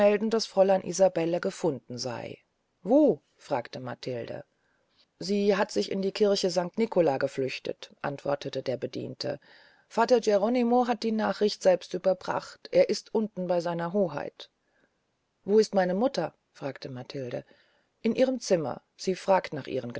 melden daß fräulein isabelle gefunden sey wo fragte matilde sie hat sich in die kirche sanct nicola geflüchtet antwortete der bediente vater geronimo hat die nachricht selbst überbracht er ist unten bey seiner hoheit wo ist meine mutter sagte matilde in ihrem zimmer sie fragt nach